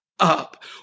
up